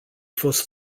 fost